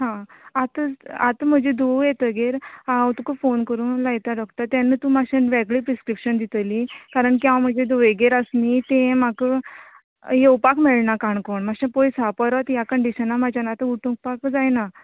हा आतां आतां म्हजी धुवो येतगीर हांव तुका फोन करपाक लायता डॉ तेन्नां तूं मातशें वेगळे प्रिस्क्रीपशन दितली कारण की हांव म्हाज्या धुवेगेर आस न्ही ते म्हाका योवपाक मेळना काणकोण माशें पयस हांव परत कंडीशनान म्हाज्यान आता उठपाकूच जायना